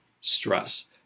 stress